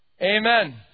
Amen